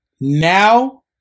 Now